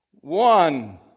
One